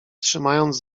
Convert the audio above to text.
trzymając